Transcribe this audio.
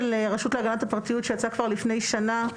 הרשות להגנת הפרטיות שיצא כבר לפני שנה.